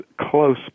close